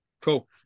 Cool